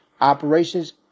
Operations